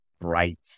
bright